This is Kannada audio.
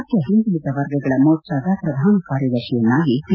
ರಾಜ್ಜ ಹಿಂದುಳಿದ ವರ್ಗಗಳ ಮೋರ್ಚಾದ ಪ್ರಧಾನ ಕಾರ್ಯದರ್ಶಿಯನ್ನಾಗಿ ಪಿ